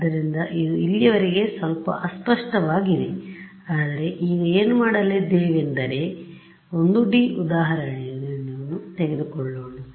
ಆದ್ದರಿಂದ ಇದು ಇಲ್ಲಿಯವರೆಗೆ ಸ್ವಲ್ಪ ಅಸ್ಪಷ್ಟವಾಗಿದೆ ಆದರೆ ಈಗ ಏನು ಮಾಡಲಿದ್ದೇವೆಂದರೆ 1 ಡಿ ಉದಾಹರಣೆಯನ್ನು ತೆಗೆದುಕೊಳ್ಳೋಣ